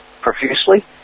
profusely